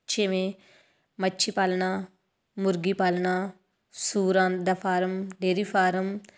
ਜਿਵੇਂ ਮੱਛੀ ਪਾਲਣਾ ਮੁਰਗੀ ਪਾਲਣਾ ਸੂਰਾਂ ਦਾ ਫਾਰਮ ਡਾਇਰੀ ਫਾਰਮ